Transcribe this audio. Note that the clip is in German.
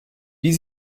wie